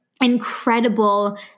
incredible